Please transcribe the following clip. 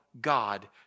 God